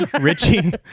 Richie